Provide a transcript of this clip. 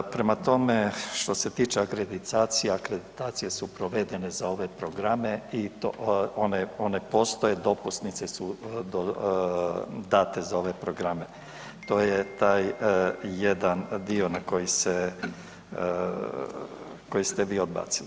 Prema tome, što se tiče akreditacija, akreditacije su provedene za ove programe i to one postoje, dopusnice su date za ove programe, to je taj jedan dio na koji se, koji ste vi odbacili.